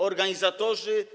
Organizatorzy.